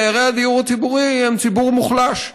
דיירי הדיור הציבורי הם ציבור מוחלש,